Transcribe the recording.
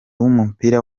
w’umupira